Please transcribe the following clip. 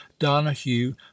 donahue